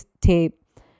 tape